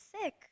sick